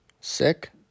sick